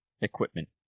equipment